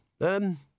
Um